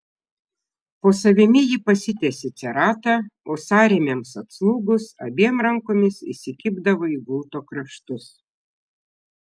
po savimi ji pasitiesė ceratą o sąrėmiams atslūgus abiem rankomis įsikibdavo į gulto kraštus